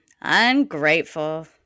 Ungrateful